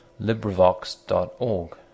LibriVox.org